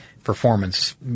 performance